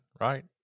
right